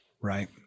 Right